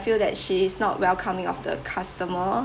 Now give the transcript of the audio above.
feel that she is not welcoming of the customer